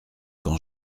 quand